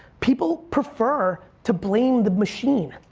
people prefer to blame the machine.